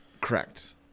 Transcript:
Correct